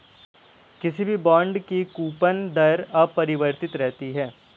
किसी भी बॉन्ड की कूपन दर अपरिवर्तित रहती है